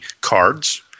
cards